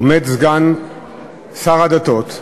עומד סגן שר הדתות,